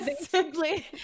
simply